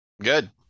good